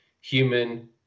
human